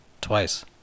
twice